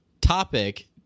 topic